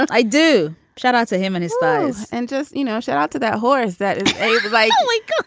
but i do. shout out to him and his thighs and just, you know, shout out to that horse. that is a device like.